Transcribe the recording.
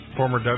former